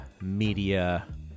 media